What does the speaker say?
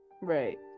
right